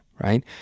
right